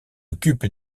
occupe